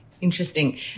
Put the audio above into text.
interesting